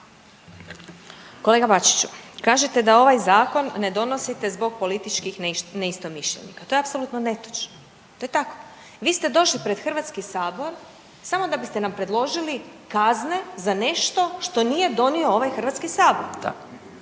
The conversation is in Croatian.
Kolega Bačiću, kažete da ovaj zakon ne donosite zbog političkih neistomišljenika to je apsolutno netočno. To je tako. Vi ste došli pred Hrvatski sabor samo da biste nam predložili kazne za nešto što nije donio ovaj Hrvatski sabor.